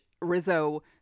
Rizzo